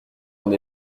une